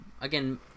Again